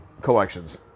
collections